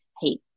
Hey